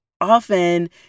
Often